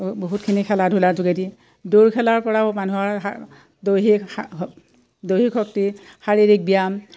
বহুতখিনি খেলা ধূলাৰ যোগেদি দৌৰ খেলাৰ পৰাও মানুহৰ দৈহিক দৈহিক শক্তি শাৰীৰিক ব্যায়াম